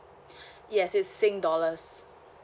yes it's sing dollars